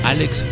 Alex